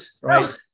right